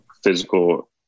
physical